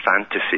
fantasy